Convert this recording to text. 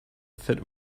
fit